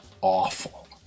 awful